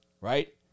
Right